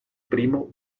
primo